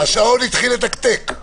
ועדיין אין פה דיקטטורה.